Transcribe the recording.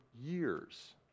years